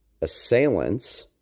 assailant's